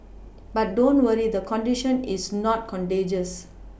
but don't worry the condition is not contagious